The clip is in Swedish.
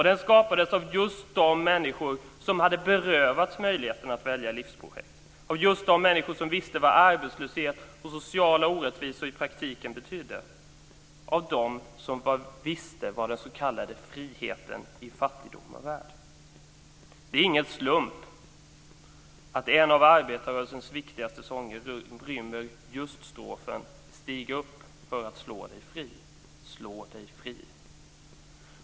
Den skapades av just de människor som hade berövats möjligheten att välja livsprojekt, av just de människor som visste vad arbetslöshet och sociala orättvisor i praktiken betydde, av dem som visste vad den s.k. friheten i fattigdom var värd. Det är ingen slump att en av arbetarrörelsens viktigaste sånger rymmer just strofen "stig upp för att slå dig fri".